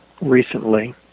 recently